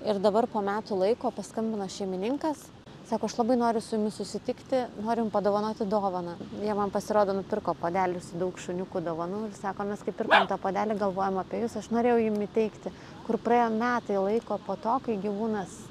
ir dabar po metų laiko paskambino šeimininkas sako aš labai noriu su jumis susitikti noriu jum padovanoti dovaną jie man pasirodo nupirko puodelius su daug šuniukų dovanų ir sako mes kai pirkom tą puodelį galvojom apie jus aš norėjau jum įteikti kur praėjo metai laiko po to kai gyvūnas